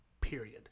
period